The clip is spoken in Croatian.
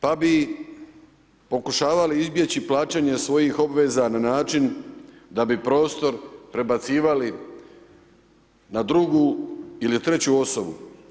Pa bi pokušavali izbjegli plaćanje svojih obveza na način da bi prostor prebacivali na drugi ili treću osobu.